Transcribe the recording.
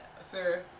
sir